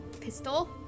pistol